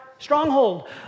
stronghold